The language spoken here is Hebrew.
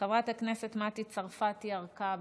חברת הכנסת מטי צרפתי הרכבי,